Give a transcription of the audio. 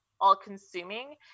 all-consuming